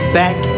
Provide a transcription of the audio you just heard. back